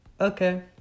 okay